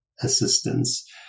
assistance